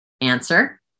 answer